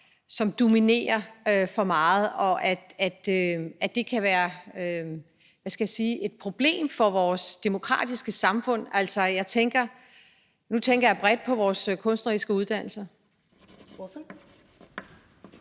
som dominerer for meget, og at det kan være – hvad skal jeg sige – et problem for vores demokratiske samfund? Altså, nu tænker jeg bredt på vores kunstneriske uddannelser. Kl.